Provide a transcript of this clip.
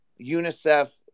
UNICEF